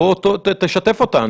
בוא תשתף אותנו.